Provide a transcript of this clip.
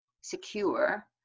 secure